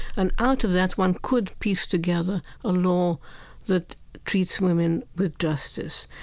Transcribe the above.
and out of that, one could piece together a law that treats women with justice.